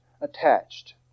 attached